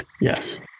Yes